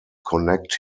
connect